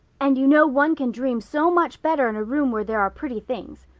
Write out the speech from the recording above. and you know one can dream so much better in a room where there are pretty things.